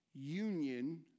union